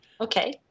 Okay